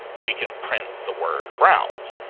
we can print the word browns,